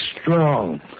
strong